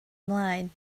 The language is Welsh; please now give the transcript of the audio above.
ymlaen